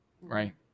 Right